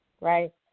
Right